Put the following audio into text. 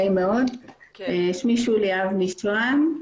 שמי שולי אבני שוהם,